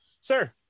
sir